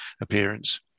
appearance